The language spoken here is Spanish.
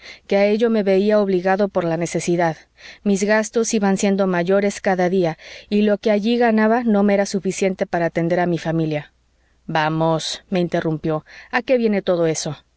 que a ello me veía obligado por la necesidad mis gastos iban siendo mayores cada día y lo que allí ganaba no me era suficiente para atender a mi familia vamos me interrumpió a qué viene todo eso